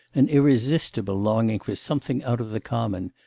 an irresistible longing for something out of the common,